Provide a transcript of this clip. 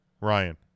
Ryan